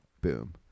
boom